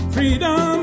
Freedom